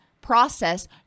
process